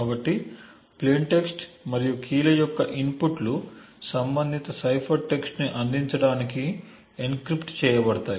కాబట్టి plain text మరియు key ల యొక్క ఇన్పుట్లు సంబంధిత సైఫర్ టెక్స్ట్ని అందించడానికి ఎన్క్రిప్ట్ చేయబడతాయి